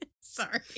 Sorry